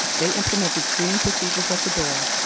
they implemented screening procedures at the door,